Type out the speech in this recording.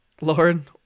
Lauren